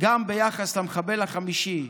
גם ביחס למחבל החמישי,